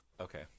Okay